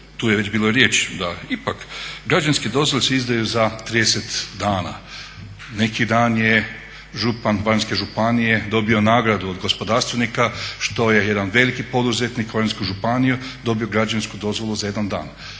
tu je već bilo i riječ da ipak građevinske dozvole se izdaju za 30 dana. Neki dan je župan Baranjske županije dobio nagradu od gospodarstvenika što je jedan veliki poduzetnik u Varaždinsku županiju dobio građevinsku dozvolu za jedan dan.